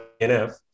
NF